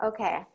Okay